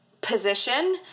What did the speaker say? position